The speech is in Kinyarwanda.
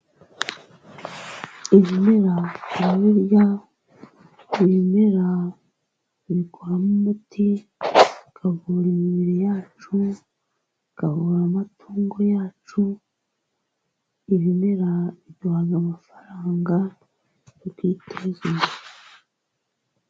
Ibimera turabirya ibimera tubikuramo umuti ukavura imibiri yacu ,ukavura amatungo yacu, ibimera biduha amafaranga tukiteza imbere.